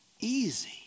easy